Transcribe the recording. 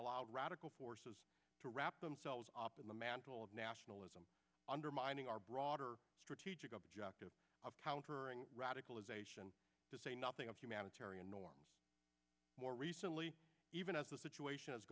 radical forces to wrap themselves op in the man well of nationalism undermining our broader strategic objective of countering radicalization to say nothing of humanitarian norms more recently even as the situation has